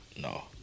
No